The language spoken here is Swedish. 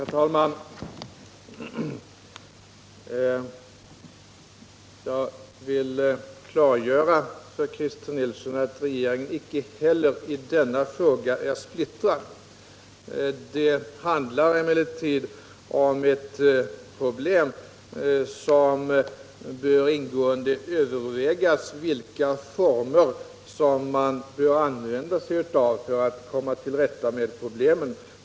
Herr talman! Jag vill klargöra för Christer Nilsson att regeringen icke heller i denna fråga är splittrad. Det handlar emellertid här om problem som kräver att man ingående överväger vilka former man bör använda för att komma till rätta med dem.